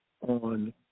on